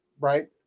Right